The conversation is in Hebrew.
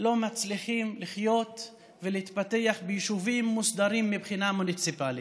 לא מצליחים לחיות ולהתפתח ביישובים מוסדרים מבחינה מוניציפלית.